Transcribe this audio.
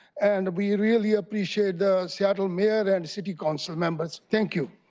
and we really appreciate the seattle mayor and city council members, thank you.